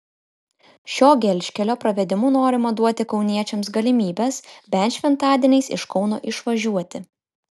šio gelžkelio pravedimu norima duoti kauniečiams galimybes bent šventadieniais iš kauno išvažiuoti